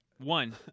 One